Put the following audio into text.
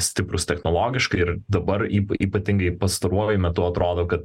stiprūs technologiškai ir dabar y ypatingai pastaruoju metu atrodo kad